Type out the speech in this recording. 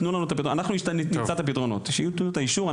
אנא נמצא את הפתרון כשיתנו את האישור.